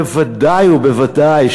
בוודאי ובוודאי,